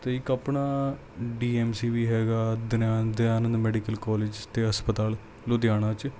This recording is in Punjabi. ਅਤੇ ਇੱਕ ਆਪਣਾ ਡੀ ਐੱਮ ਸੀ ਵੀ ਹੈਗਾ ਦਨਆਨ ਦਿਆਨੰਦ ਮੈਡੀਕਲ ਕੋਲਜ ਅਤੇ ਹਸਪਤਾਲ ਲੁਧਿਆਣਾ 'ਚ